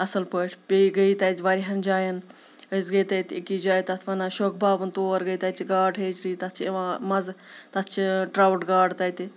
اَصٕل پٲٹھۍ بیٚیہِ گٔے واریاہَن جایَن أسۍ گٔے تَتہِ أکِس جایہِ تَتھ وَنان شوقہٕ بابُن تور گٔے تَتہِ چھِ گاڈٕ ہیچری تَتھ چھِ یِوان مَزٕ تَتھ چھِ ٹرٛاوُٹ گاڈ تَتہِ